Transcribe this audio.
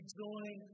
join